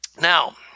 now